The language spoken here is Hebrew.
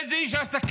איזה איש עסקים